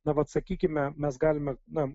na vat sakykime mes galime na